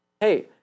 hey